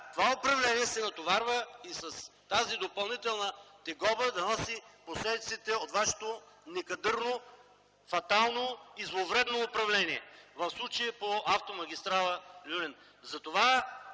това управление се натоварва и с тази допълнителна тегоба да носи последиците от вашето некадърно, фатално и зловредно управление в случая по автомагистрала „Люлин”.